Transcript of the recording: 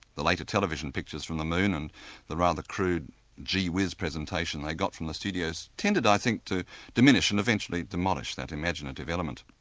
the later television pictures from the moon and the rather crude gee whiz presentation they got from the studios tended, i think, to diminish and eventually demolish that imaginative element.